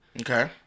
Okay